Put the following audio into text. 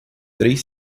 três